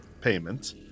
payment